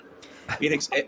Phoenix